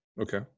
okay